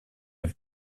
have